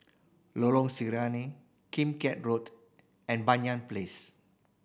Lorong Sinaran Kim Can Road and Banyan Place